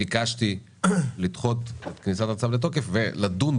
ביקשתי לדחות את הצו לתוקף על-מנת